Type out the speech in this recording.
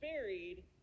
buried